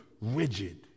rigid